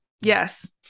Yes